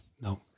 No